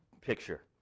picture